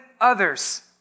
others